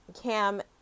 Cam